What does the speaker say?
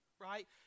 right